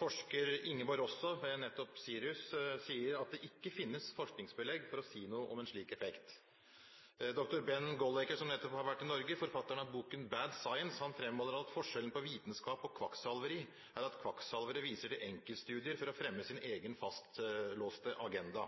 Forsker Ingeborg Rossow ved nettopp SIRUS sier at det ikke finnes forskningsbelegg for å si noe om en slik effekt. Doktor Ben Goldacre, som nettopp har vært i Norge, forfatteren av boken Bad Science, fremholder at forskjellen på vitenskap og kvakksalveri er at kvakksalveri viser til «enkeltstudier for å fremme sin fastlåste agenda».